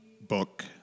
book